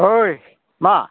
ओइ मा